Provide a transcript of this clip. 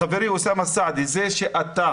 חברי אוסאמה סעדי, זה שאתה